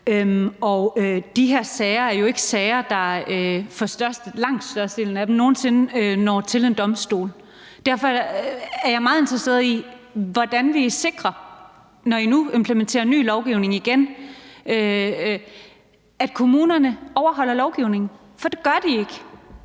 De her sager er jo for langt størstedelens vedkommende ikke sager, der nogen sinde når til en domstol. Derfor er jeg meget interesseret i: Hvordan vil I sikre, når I nu implementerer ny lovgivning igen, at kommunerne overholder lovgivningen? For det gør de ikke.